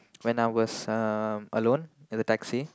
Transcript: when I was alone in a taxi